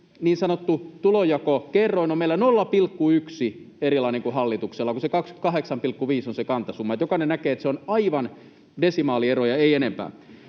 niin sanottu tulonjakokerroin eroaa meillä 0,1:llä hallituksesta, kun 28,5 on se kantasumma. Jokainen näkee, että se on aivan desimaaliero, ei enempää.